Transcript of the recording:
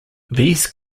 these